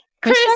chris